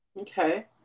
Okay